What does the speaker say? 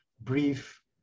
brief